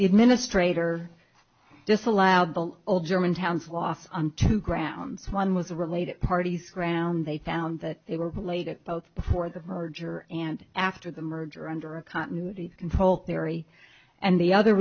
the administrator disallowed the old german towns loss on two grounds one was a related parties ground they found that they were related both before the merger and after the merger under a continuity control theory and the other